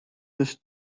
this